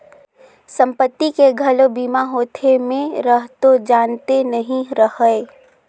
संपत्ति के घलो बीमा होथे? मे हरतो जानते नही रहेव